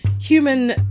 human